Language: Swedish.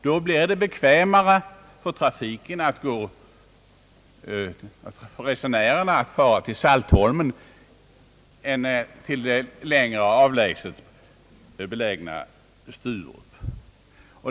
Då blir det bekvämare för resenärerna att fara till Saltholm än till det mer avlägset belägna Sturup.